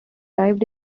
arrived